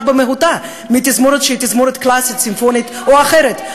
במהותה מתזמורת שהיא תזמורת קלאסית-סימפונית או אחרת.